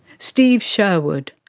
steve sherwood.